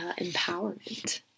empowerment